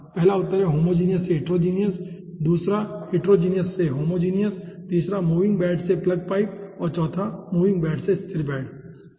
तो पहला उत्तर है होमोजीनियस से हिटेरोजीनियस दूसरा हिटेरोजीनियस से होमोजीनियस तीसरा मूविंग बेड से प्लग पाइप और चौथा है मूविंग बेड से स्थिर बेड ठीक है